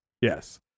yes